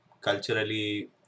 culturally